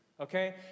okay